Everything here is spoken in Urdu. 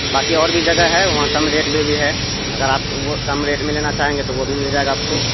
باقی اور بھی جگہ ہے وہاں کم ریٹ میں بھی ہے اگر آپ وہ کم ریٹ میں لینا چاہیں گے تو وہ بھی مل جائے گا آپ کو